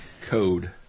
code